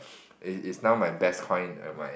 is is now my best coin and my